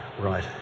right